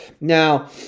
Now